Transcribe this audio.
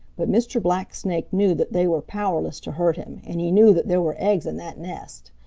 but mr. blacksnake knew that they were powerless to hurt him, and he knew that there were eggs in that nest.